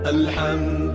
Alhamdulillah